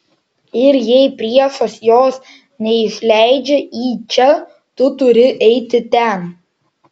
ir jei priešas jos neišleidžia į čia tu turi eiti ten